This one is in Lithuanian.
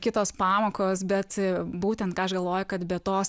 kitos pamokos bet būtent aš galvoju kad be tos